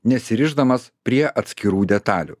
nesirišdamas prie atskirų detalių